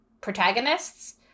protagonists